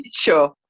Sure